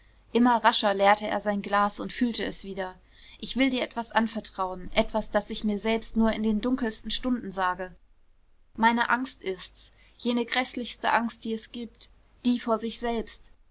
immer rascher leerte er sein glas und füllte es wieder ich will dir etwas anvertrauen etwas das ich mir selbst nur in den dunkelsten stunden sage meine angst ist's jene gräßlichste angst die es gibt die vor sich selbst